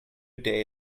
day